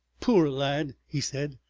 poor lad! he said,